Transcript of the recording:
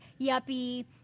yuppie